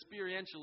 experientially